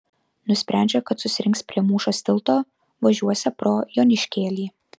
nusprendžia kad susirinks prie mūšos tilto važiuosią pro joniškėlį